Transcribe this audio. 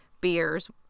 beers